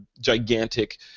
gigantic